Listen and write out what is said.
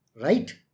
Right